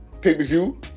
pay-per-view